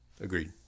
Agreed